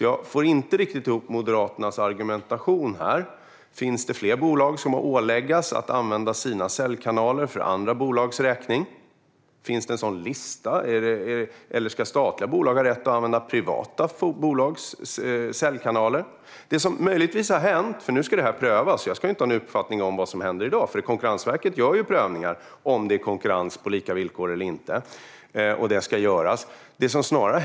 Jag får inte riktigt ihop Moderaternas argumentation här. Finns det fler bolag som bör åläggas att använda sina säljkanaler för andra bolags räkning? Finns det en sådan lista? Ska statliga bolag ha rätt att använda privata bolags säljkanaler? Nu ska detta prövas, och jag ska inte ha någon uppfattning om vad som händer i dag. Konkurrensverket gör ju prövningar av om det är konkurrens på lika villkor eller inte, och dessa prövningar ska göras.